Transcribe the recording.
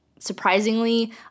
surprisingly